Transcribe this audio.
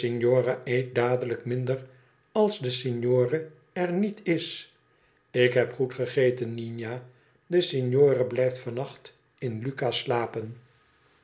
signora eet dadelijk minder als de signore er niet is ik heb goed gegeten nina de signore blijft van nacht in lucca slapen